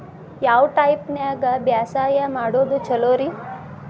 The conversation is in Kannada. ಯಾವ ಟೈಪ್ ನ್ಯಾಗ ಬ್ಯಾಸಾಯಾ ಮಾಡೊದ್ ಛಲೋರಿ?